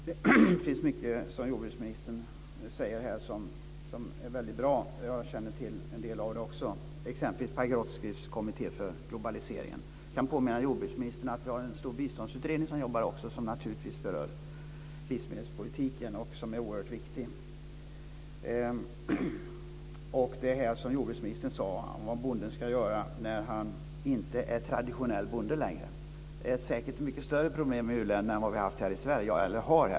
Fru talman! Det finns mycket som jordbruksministern lyfter fram här som är väldigt bra. Jag känner till en del av det också, exempelvis Pagrotskys kommitté för globaliseringen. Jag kan påminna jordbruksministern om att vi också har en stor biståndsutredning som naturligtvis berör livsmedelspolitiken och som är oerhört viktig. Det som jordbruksministern sade om vad bonden ska göra när han inte är traditionell bonde längre är säkert ett mycket större problem i u-länderna än här i Sverige.